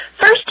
First